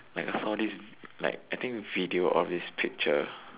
like I've all these like I think video of this picture